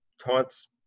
taunts